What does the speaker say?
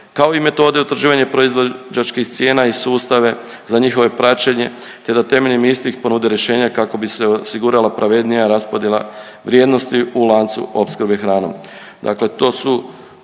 kao i metode utvrđivanja proizvođačkih cijena i sustave za njihovo praćenje te da temeljem istih ponude rješenja kako bi se osigurala pravednija raspodjela vrijednosti u lancu opskrbe hranom.